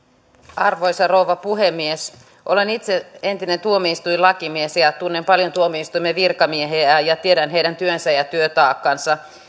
arvoisa rouva puhemies olen itse entinen tuomioistuinlakimies ja tunnen paljon tuomioistuimen virkamiehiä ja tiedän heidän työnsä ja työtaakkansa